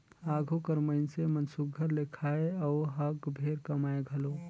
आघु कर मइनसे मन सुग्घर ले खाएं अउ हक भेर कमाएं घलो